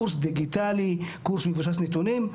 קורס דיגיטלי, קורס מבוסס נתונים.